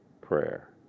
prayer